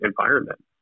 environment